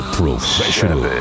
professional